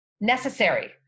necessary